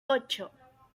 ocho